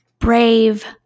brave